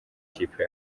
ikipe